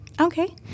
Okay